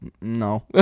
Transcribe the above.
no